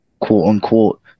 quote-unquote